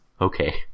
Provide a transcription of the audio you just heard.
Okay